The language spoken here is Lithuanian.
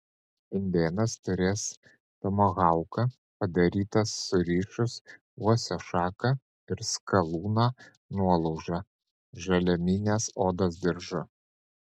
indėnas turės tomahauką padarytą surišus uosio šaką ir skalūno nuolaužą žaliaminės odos diržu